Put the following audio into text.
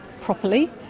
properly